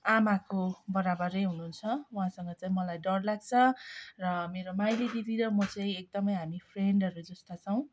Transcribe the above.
आमाको बराबर नै हुनुहुन्छ उहाँसँग चाहिँ मलाई डर लाग्छ र मेरो माइली दिदी र म चाहिँ एकदमै हामी फ्रेन्डहरू जस्ता छौँ